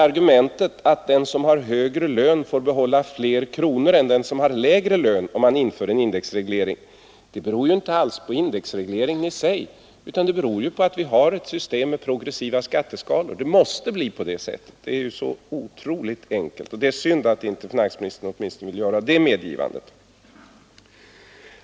Att den som har högre lön får flera kronor än den som har lägre lön, om man inför en indexreglering, beror ju inte alls på indexregleringen i sig, utan det beror på att vi har ett system med progressiva skatteskalor. Det måste bli på det sättet. Det är ju så otroligt enkelt, och det är synd att finansministern inte vill göra åtminstone det medgivandet.